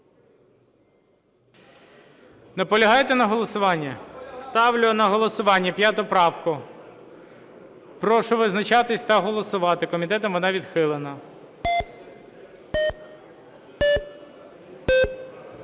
Наполягаєте на голосуванні? Ставлю на голосування 5 правку. Прошу визначатись та голосувати. Комітетом вона відхилена.